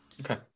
Okay